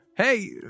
Hey